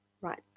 Right